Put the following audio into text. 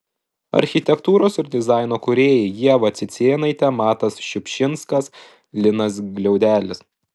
architektūros ir dizaino kūrėjai ieva cicėnaitė matas šiupšinskas linas gliaudelis